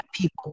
people